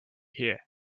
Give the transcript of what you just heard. here